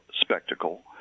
spectacle